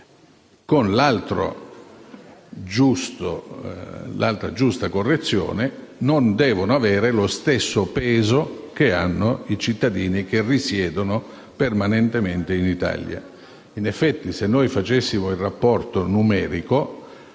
con l'altra giusta correzione che questi eletti non devono avere lo stesso peso che hanno i cittadini che risiedono permanentemente in Italia. In effetti, se noi facessimo il rapporto numerico,